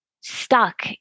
stuck